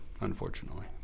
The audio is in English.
unfortunately